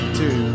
two